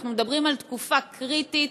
אנחנו מדברים על תקופה קריטית.